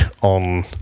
on